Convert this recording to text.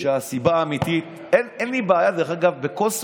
שהסיבה האמיתית, אין לי בעיה, דרך אגב, בכל סוגיה,